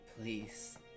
Please